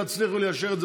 נחל מזמין,